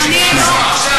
אדוני היושב-ראש,